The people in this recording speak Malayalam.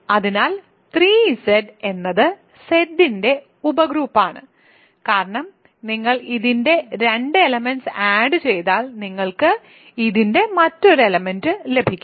അതിനാൽ 3Z എന്നത് Z ഇന്റെ ഉപഗ്രൂപ്പാണ് കാരണം നിങ്ങൾ ഇതിന്റെ 2 എലെമെന്റ്സ് ആഡ് ചെയ്താൽ നിങ്ങൾക്ക് ഇതിന്റെ മറ്റൊരു എലെമെന്റ് ലഭിക്കും